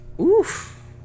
Oof